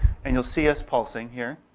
and you'll see us pulsing here.